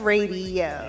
Radio